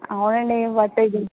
అవునండి what I do